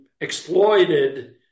exploited